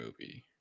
movie